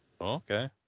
Okay